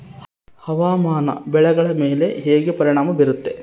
ಹವಾಮಾನ ಬೆಳೆಗಳ ಮೇಲೆ ಹೇಗೆ ಪರಿಣಾಮ ಬೇರುತ್ತೆ?